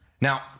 Now